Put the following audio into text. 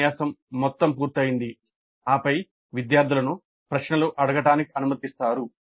ఉపన్యాసం మొత్తం పూర్తయింది ఆపై విద్యార్థులను ప్రశ్నలు అడగడానికి అనుమతిస్తారు